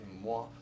moi